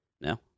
no